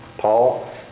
Paul